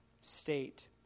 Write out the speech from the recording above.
state